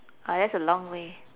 ah that's a long way